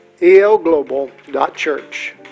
elglobal.church